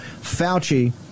Fauci